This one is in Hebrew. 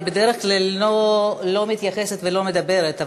אני בדרך כלל לא מתייחסת ולא מדברת,